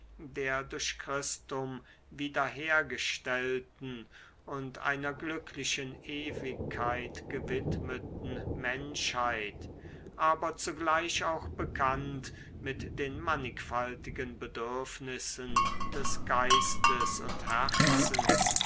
der durch christum wieder hergestellten und einer glücklichen ewigkeit gewidmeten menschheit aber zugleich auch bekannt mit den mannigfaltigen bedürfnissen des geistes und herzens